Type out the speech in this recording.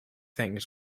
things